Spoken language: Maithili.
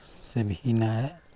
से भिन्न हय